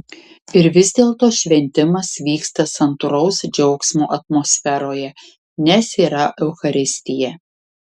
ir vis dėlto šventimas vyksta santūraus džiaugsmo atmosferoje nes yra eucharistija